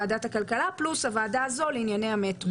ועדת הכלכלה פלוס הוועדה הזו לענייני המטרו.